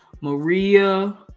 Maria